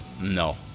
no